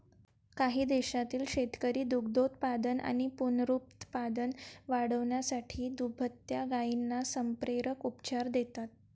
काही देशांतील शेतकरी दुग्धोत्पादन आणि पुनरुत्पादन वाढवण्यासाठी दुभत्या गायींना संप्रेरक उपचार देतात